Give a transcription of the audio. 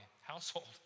household